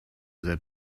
that